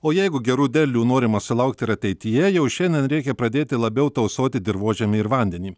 o jeigu gerų derlių norima sulaukti ir ateityje jau šiandien reikia pradėti labiau tausoti dirvožemį ir vandenį